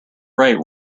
right